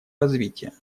развития